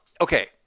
okay